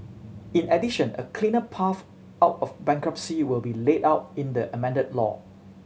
in addition a clearer path out of bankruptcy will be laid out in the amended law